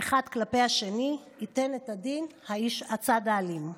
האחד כלפי השני, ייתן את הדין הצד האלים.